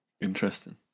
Interesting